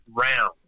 round